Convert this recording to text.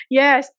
yes